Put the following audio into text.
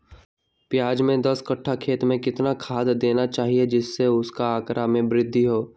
प्याज के दस कठ्ठा खेत में कितना खाद देना चाहिए जिससे उसके आंकड़ा में वृद्धि हो?